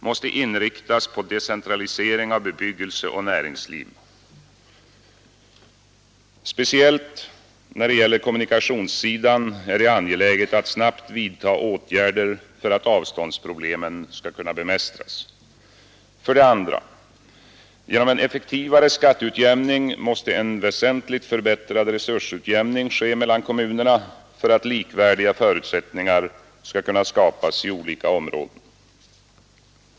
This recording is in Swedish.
måste inriktas på decentralisering av bebyggelse och näringsliv. Speciellt när det gäller kommunikationssidan är det angeläget att snabbt vidta åtgärder för att avståndsproblemen skall kunna bemästras. 2. Genom en effektivare skatteutjämning måste en väsentligt förbättrad resursutjämning ske mellan kommunerna för att likvärdiga förutsättningar skall kunna skapas i olika områden.